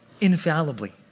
infallibly